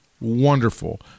wonderful